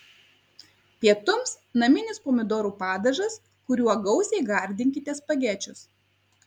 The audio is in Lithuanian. pietums naminis pomidorų padažas kuriuo gausiai gardinkite spagečius